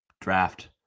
draft